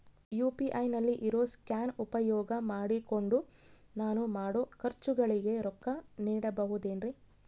UPI ನಲ್ಲಿ ಇರೋ scan ಉಪಯೋಗ ಮಾಡಿಕೊಂಡು ನಾನು ಮಾಡೋ ಖರ್ಚುಗಳಿಗೆ ರೊಕ್ಕ ನೇಡಬಹುದೇನ್ರಿ?